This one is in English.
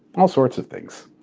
all sorts of things.